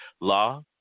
Law